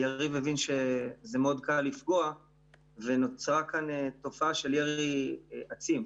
היריב הבין שמאוד קל לפגוע ונוצרה תופעה של ירי עצים,